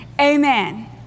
amen